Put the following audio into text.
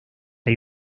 hay